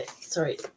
Sorry